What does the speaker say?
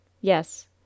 Yes